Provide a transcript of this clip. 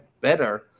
better